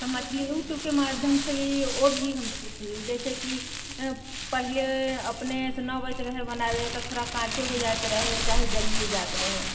तऽ मछली यूट्यूबके माध्यमसँ भी ओ भी हम सिखली जैसे कि पहिले अपनेसँ नहि अबैत रहै बनाबे तऽ थोड़ा काँचे हो जाइत रहै चाहे जलिये जाइत रहै